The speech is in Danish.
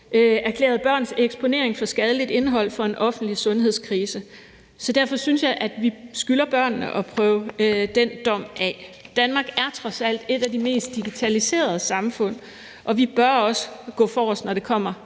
erklæret børns eksponering for skadeligt indhold for en offentlig sundhedskrise. Derfor synes jeg, at vi skylder børnene at prøve den dom af. Danmark er trods alt et af de mest digitaliserede samfund, og vi bør også gå forrest, når det kommer